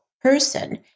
person